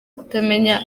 kutamenya